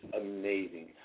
Amazing